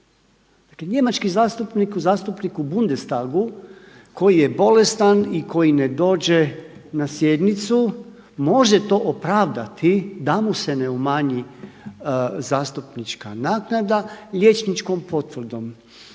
zastupnik, zastupnik u Bundestagu koji je bolestan i koji ne dođe na sjednicu može to opravdati da mu se ne umanji zastupnička naknada liječničkom potvrdom.